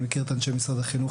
אני מכיר את אנשי משרד החינוך,